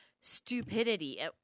stupidity